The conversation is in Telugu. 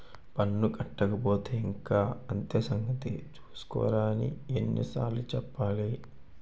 పన్ను కట్టకపోతే ఇంక అంతే సంగతి చూస్కోరా అని ఎన్ని సార్లు చెప్పాలి